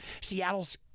Seattle's